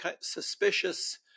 suspicious